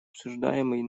обсуждаемый